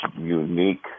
unique